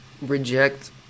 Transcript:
reject